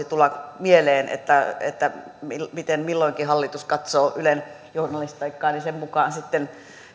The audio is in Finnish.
tulla mieleen että miten milloinkin hallitus katsoo ylen journalistiikkaa niin sen mukaan sitten